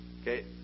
okay